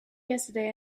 yesterday